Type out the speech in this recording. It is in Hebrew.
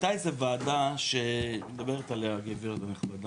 הייתה איזו ועדה שמדברת עליה הגברת הנכבדה,